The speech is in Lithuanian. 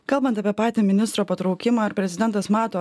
kalbant apie patį ministro patraukimą ar prezidentas mato